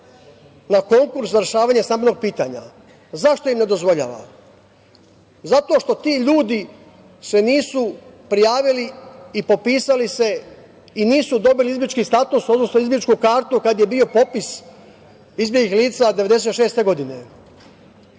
na konkurs za rešavanje stambenog pitanja.Zašto im ne dozvoljava? Zato što ti ljudi se nisu prijavili i popisali se i nisu dobili izbeglički status, odnosno izbegličku kartu kad je bio popis izbeglih lica 1996. godine.